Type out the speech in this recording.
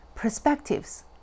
perspectives